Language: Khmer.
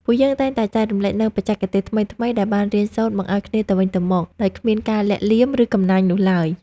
ពួកយើងតែងតែចែករំលែកនូវបច្ចេកទេសថ្មីៗដែលបានរៀនសូត្រមកឱ្យគ្នាទៅវិញទៅមកដោយគ្មានការលាក់លៀម ឬកំណាញ់នោះឡើយ។